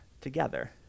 together